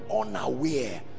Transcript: unaware